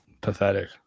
pathetic